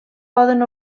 poden